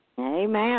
Amen